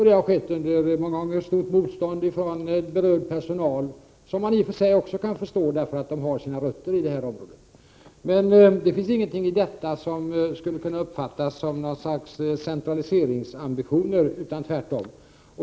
Det har många gånger skett under stort motstånd från berörd personal, något som man i och för sig också kan förstå, eftersom vederbörande har sina rötter inom Stockholmsområdet. Det finns ingenting i detta som kan uppfattas som centraliseringsambitioner, tvärtom.